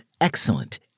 excellent